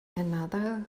another